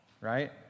right